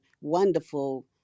wonderful